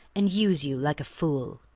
and use you like a fool.